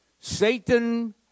Satan